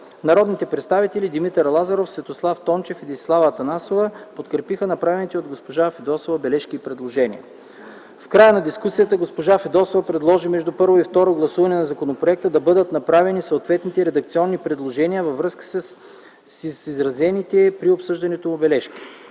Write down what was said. Народните представители Димитър Лазаров, Светослав Тончев и Десислава Атанасова подкрепиха направените от госпожа Фидосова бележки и предложения. В края на дискусията госпожа Фидосова предложи между първо и второ гласуване на законопроекта да бъдат направени съответните редакционни предложения във връзка с изразените при обсъждането бележки.